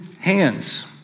hands